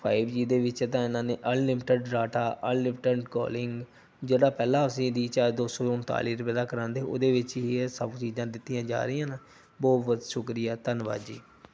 five G ਦੇ ਵਿੱਚ ਤਾਂ ਇਹਨਾਂ ਨੇ ਅਨਲਿਮਿਟਡ ਡਾਟਾ ਅਨਲਿਮਿਟਡ ਕੋਲਿੰਗ ਜਿਹੜਾ ਪਹਿਲਾਂ ਅਸੀਂ ਰਿਚਾਰਜ ਦੋ ਸੌ ਉਨਤਾਲੀ ਰੁਪਏ ਦਾ ਕਰਾਉਂਦੇ ਉਹਦੇ ਵਿੱਚ ਹੀ ਸਭ ਚੀਜ਼ਾਂ ਦਿੱਤੀਆਂ ਜਾ ਰਹੀਆਂ ਹਨ ਬਹੁਤ ਬਹੁਤ ਸ਼ੁਕਰੀਆ ਧੰਨਵਾਦ ਜੀ